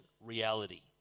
reality